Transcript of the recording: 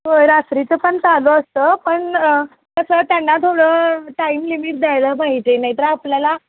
होय रात्रीचं पण चालू असतं पण कसं त्यांना थोडं टाईम लिमिट द्यायला पाहिजे नाहीतर आपल्याला